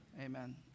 amen